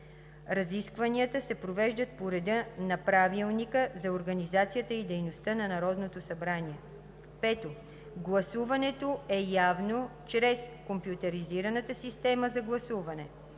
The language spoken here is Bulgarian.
Разискванията се провеждат по реда на Правилника за организацията и дейността на Народното събрание. 5. Гласуването е явно чрез компютризираната система за гласуване.